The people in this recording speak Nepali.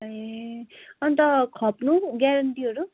ए अन्त खप्नु ग्यारेन्टीहरू